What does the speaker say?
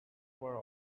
were